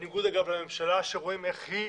בניגוד אגב לממשלה שרואים איך היא